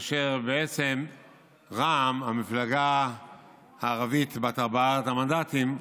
כאשר בעצם רע"מ, המפלגה הערבית בת ארבעת המנדטים,